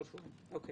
כן.